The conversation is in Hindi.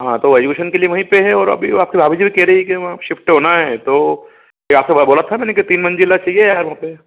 हाँ तो अयूशन के लिए वहीं पर है और अभी आपकी भाभी जी भी कह रही है कि वहाँ शिफ़्ट होना है तो यह आपसे बोला था ना मैंने कि तीन मंजिला चाहिए है वहाँ पर